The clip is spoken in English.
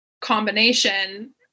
combination